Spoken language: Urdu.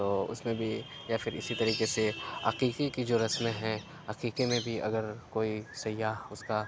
تو اس میں بھی یا پھر اسی طریقے سے عقیقے کی جو رسمیں ہیں عقیقے میں بھی اگر کوئی سیاح اس کا